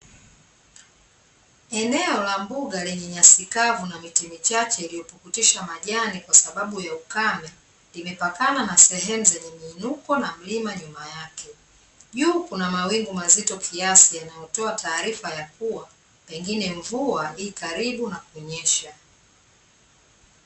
Eneo la mbuga lenye nyasi kavu na miti michache iliyopukutisha majani kwa sababu ya ukame, imepakana na sehemu zenye miinuko na milima nyuma yake. Juu kuna mawingu mazito kiasi yanayotoa taarifa ya kuwa pengine mvua i karibu na kunyesha.